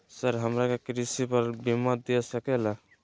Sir हमरा के कृषि पर बीमा दे सके ला?